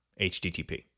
HTTP